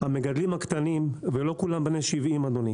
המגדלים הקטנים, ולא כולם בני 70, אדוני